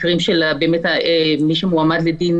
במקרים שמישהו מועמד לדין,